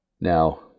Now